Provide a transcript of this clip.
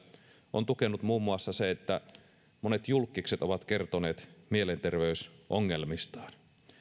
on tukenut muun muassa se että monet julkkikset ovat kertoneet mielenterveysongelmistaan